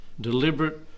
Deliberate